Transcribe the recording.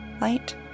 light